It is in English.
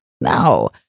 no